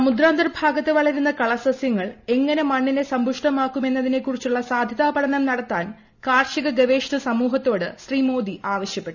സമുദ്രാന്തർഭാഗത്ത് വളരുന്ന കളസസ്യങ്ങൾ എങ്ങനെ മണ്ണിനെ സമ്പുഷ്ടമാകുമെന്നതിനെക്കുറിച്ചുള്ള സാധൃതാ പഠനം നടത്താൻ കാർഷിക ഗവേഷണ സമൂഹത്തോട് ശ്രീ മോദി ആവശ്യപ്പെട്ടു